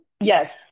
Yes